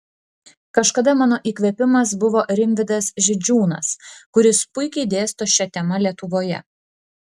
kažkada mano įkvėpimas buvo rimvydas židžiūnas kuris puikiai dėsto šia tema lietuvoje